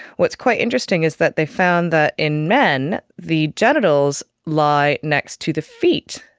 what's quite interesting is that they found that in men, the genitals lie next to the feet,